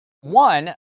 one